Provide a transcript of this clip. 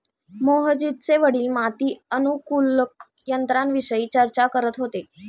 मोहजितचे वडील माती अनुकूलक यंत्राविषयी चर्चा करत होते